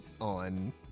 on